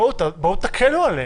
בואו ותקלו עליהם.